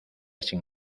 sin